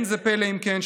אם כן,